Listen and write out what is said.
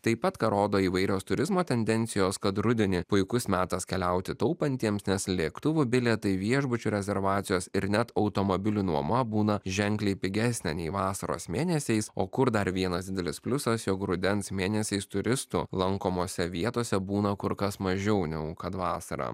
taip pat ką rodo įvairios turizmo tendencijos kad rudenį puikus metas keliauti taupantiems nes lėktuvų bilietai viešbučių rezervacijos ir net automobilių nuoma būna ženkliai pigesnė nei vasaros mėnesiais o kur dar vienas didelis pliusas jog rudens mėnesiais turistų lankomose vietose būna kur kas mažiau negu kad vasarą